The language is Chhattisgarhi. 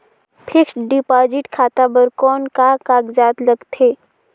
फिक्स्ड डिपॉजिट खाता बर कौन का कागजात लगथे?